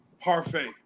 parfait